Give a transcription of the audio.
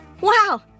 Wow